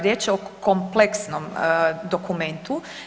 Riječ je o kompleksnom dokumentu.